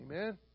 Amen